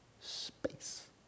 space